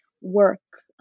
work